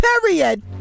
period